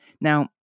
Now